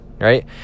right